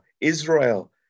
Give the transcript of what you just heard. Israel